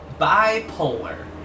bipolar